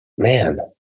Man